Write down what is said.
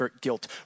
guilt